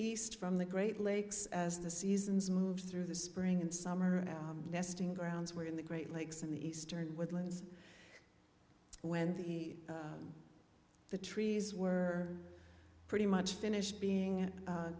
east from the great lakes as the seasons moves through the spring and summer nesting grounds where in the great lakes in the eastern woodlands when the the trees were pretty much finished being